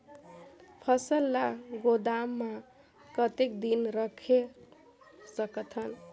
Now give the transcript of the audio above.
फसल ला गोदाम मां कतेक दिन रखे सकथन?